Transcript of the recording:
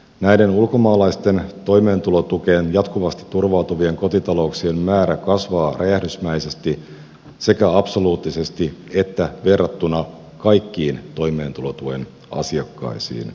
näiden ulkomaalaisten toimeentulotukeen jatkuvasti turvautuvien kotitalouksien määrä kasvaa räjähdysmäisesti sekä absoluuttisesti että verrattuna kaikkiin toimeentulotuen asiakkaisiin